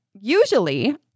Usually